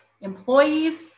employees